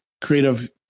creative